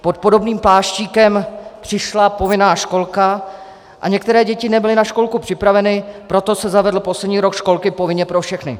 Pod podobným pláštíkem přišla povinná školka a některé děti nebyly na školku připraveny, proto se zavedl poslední rok školky povinně pro všechny.